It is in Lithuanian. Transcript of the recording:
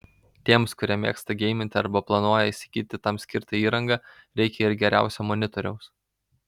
tiems kurie mėgsta geiminti arba planuoja įsigyti tam skirtą įrangą reikia ir geriausio monitoriaus